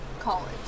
college